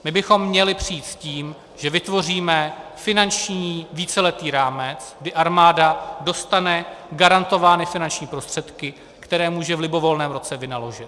My bychom měli přijít s tím, že vytvoříme finanční víceletý rámec, kdy armáda dostane garantovány finanční prostředky, které může v libovolném roce vynaložit.